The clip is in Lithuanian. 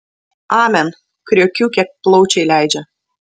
amen kriokiu kiek plaučiai leidžia